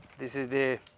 this is the